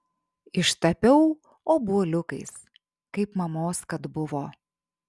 ištapiau obuoliukais kaip mamos kad buvo